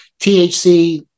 THC